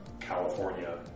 California